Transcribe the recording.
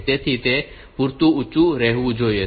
તેથી તે પૂરતું ઊંચું રહેવું જોઈએ